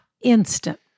Instant